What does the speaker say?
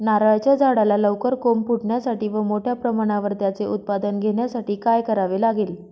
नारळाच्या झाडाला लवकर कोंब फुटण्यासाठी व मोठ्या प्रमाणावर त्याचे उत्पादन घेण्यासाठी काय करावे लागेल?